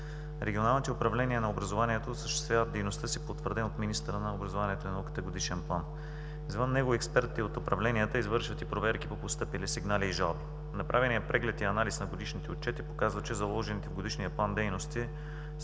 Регионалните управления на образованието осъществяват дейността си по утвърден от министъра на образованието и науката Годишен план. Извън него и експертите от управленията извършват и проверки по постъпили сигнали и жалби. Направеният преглед и анализ на годишните отчети показват, че заложените в Годишния план дейности